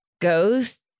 ghost